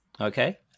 Okay